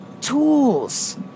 tools